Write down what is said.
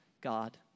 God